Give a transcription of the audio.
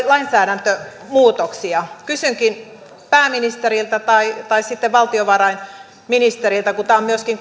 lainsäädäntömuutoksia kysynkin pääministeriltä tai tai sitten valtiovarainministeriltä kun tämä on myöskin